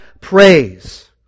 praise